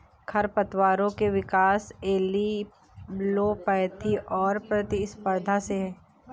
खरपतवारों के विकास एलीलोपैथी और प्रतिस्पर्धा से है